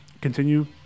continue